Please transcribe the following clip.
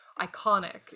iconic